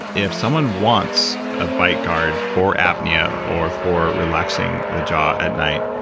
if someone wants a bite guard for apnea or for relaxing the jaw at night,